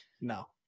no